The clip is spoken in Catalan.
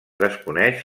desconeix